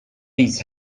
his